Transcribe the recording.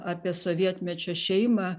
apie sovietmečio šeimą